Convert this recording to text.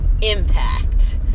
impact